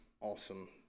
awesome